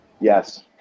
Yes